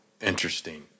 interesting